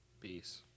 Peace